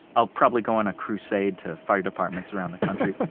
i'll probably go on a crusade to fire departments around the country.